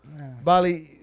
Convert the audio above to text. Bali